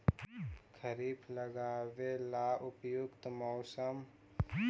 खरिफ लगाबे ला उपयुकत मौसम?